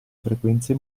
frequenze